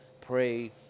pray